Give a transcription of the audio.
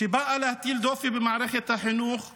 שבאה להטיל דופי במערכת החינוך הערבי,